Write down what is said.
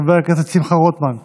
חבר הכנסת שמחה רוטמן,